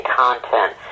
content